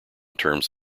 terms